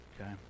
Okay